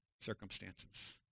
circumstances